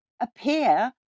appear